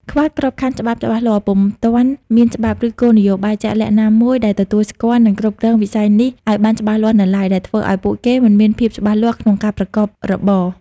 ខ្វះក្របខ័ណ្ឌច្បាប់ច្បាស់លាស់ ពុំទាន់មានច្បាប់ ឬគោលនយោបាយជាក់លាក់ណាមួយដែលទទួលស្គាល់ និងគ្រប់គ្រងវិស័យនេះឱ្យបានច្បាស់លាស់នៅឡើយ ដែលធ្វើឱ្យពួកគេមិនមានភាពច្បាស់លាស់ក្នុងការប្រកបរបរ ។